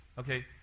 Okay